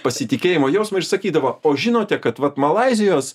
pasitikėjimo jausmą ir sakydavo o žinote kad vat malaizijos